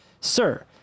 Sir